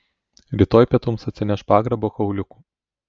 rytoj pietums atsineš pagrabo kauliukų